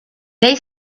they